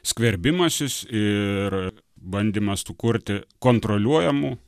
skverbimasis ir bandymas sukurti kontroliuojamų